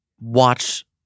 watch